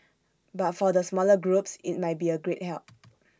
but for the smaller groups IT might be A great help